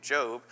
Job